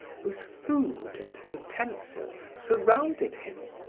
whose food and utensils surrounded him?